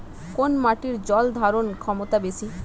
কোন মাটির জল ধারণ ক্ষমতা বেশি?